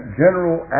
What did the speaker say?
general